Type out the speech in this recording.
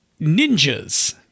ninjas